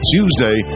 Tuesday